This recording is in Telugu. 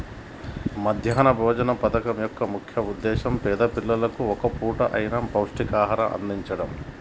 మధ్యాహ్న భోజన పథకం యొక్క ముఖ్య ఉద్దేశ్యం పేద పిల్లలకు ఒక్క పూట అయిన పౌష్టికాహారం అందిచడం